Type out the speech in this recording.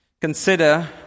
Consider